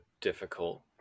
difficult